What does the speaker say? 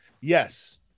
yes